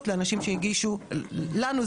של אנשים שהגישו בקשות הומניטריות,